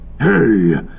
Hey